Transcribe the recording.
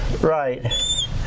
right